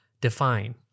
define